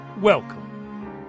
Welcome